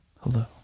Hello